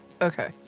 okay